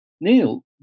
Neil